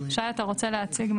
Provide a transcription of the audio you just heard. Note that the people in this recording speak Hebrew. שי, אתה רוצה להציג?